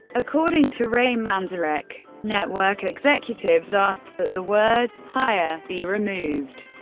according to ray manzarek, network executives asked that the word higher be removed.